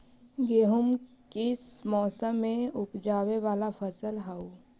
गेहूं किस मौसम में ऊपजावे वाला फसल हउ?